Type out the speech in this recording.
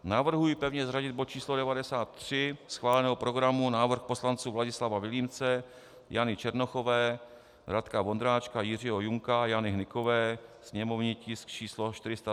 Navrhuji pevně zařadit bod číslo 93 schváleného programu, návrh poslanců Vladislava Vilímce, Jany Černochové, Radka Vondráčka, Jiřího Junka a Jany Hnykové, sněmovní tisk číslo 403.